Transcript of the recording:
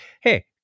hey